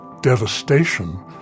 devastation